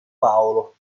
paolo